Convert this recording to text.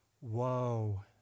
Whoa